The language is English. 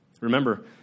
Remember